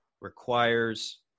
requires